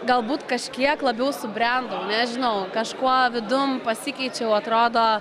galbūt kažkiek labiau subrendau nežinau kažkuo vidum pasikeičiau atrado